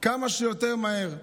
כמה שיותר מהר.